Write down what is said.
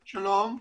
שלום.